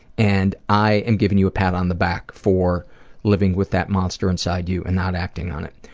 and i am giving you a pat on the back for living with that monster inside you and not acting on it,